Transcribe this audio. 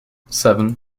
seven